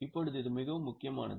இப்போது இது மிகவும் முக்கியமானது